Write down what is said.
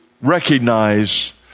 recognize